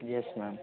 yes ma'am